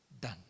done